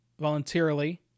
voluntarily